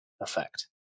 effect